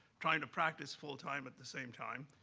trying to practice full-time at the same time.